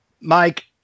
Mike